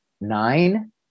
nine